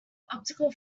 optical